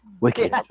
Wicked